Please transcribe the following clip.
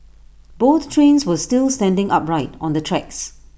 both trains were still standing upright on the tracks